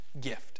gift